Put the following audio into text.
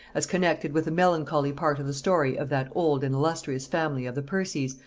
as connected with a melancholy part of the story of that old and illustrious family of the percies,